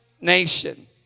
nation